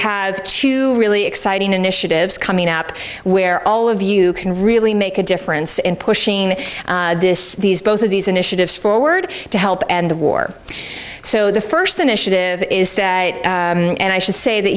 have to really exciting initiatives coming up where all of you can really make a difference in pushing this these both of these initiatives forward to help end the war so the first initiative is and i should say that